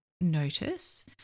notice